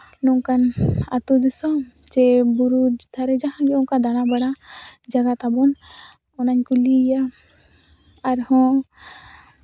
ᱱᱚᱝᱠᱟᱱ ᱟᱛᱳ ᱫᱤᱥᱚᱢ ᱪᱮ ᱵᱩᱨᱩ ᱫᱷᱟᱨᱮ ᱡᱟᱦᱟᱸ ᱜᱮ ᱚᱱᱠᱟ ᱫᱟᱬᱟ ᱵᱟᱲᱟ ᱡᱟᱭᱜᱟ ᱛᱟᱵᱚᱱ ᱚᱱᱟᱧ ᱠᱩᱞᱤᱭᱮᱭᱟ ᱟᱨᱦᱚᱸ